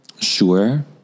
Sure